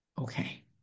Okay